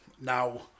Now